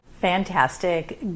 Fantastic